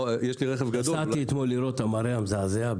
נסעתי אתמול לראות את המרעה המזעזע.